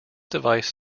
device